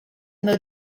meu